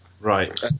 Right